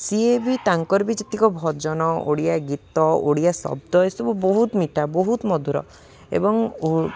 ସିଏ ବି ତାଙ୍କର ବି ଯେତିକ ଭଜନ ଓଡ଼ିଆ ଗୀତ ଓଡ଼ିଆ ଶବ୍ଦ ଏସବୁ ବହୁତ ମିଠା ବହୁତ ମଧୁର ଏବଂ